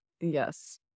Yes